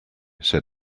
said